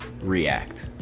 react